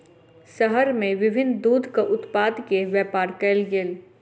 शहर में विभिन्न दूधक उत्पाद के व्यापार कयल गेल